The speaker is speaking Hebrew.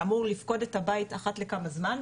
שאמור לפקוד את הבית אחת לכמה זמן,